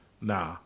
nah